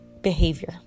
behavior